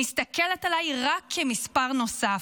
מסתכלת עליי רק כמספר נוסף?